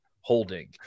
holding